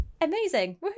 amazing